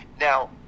now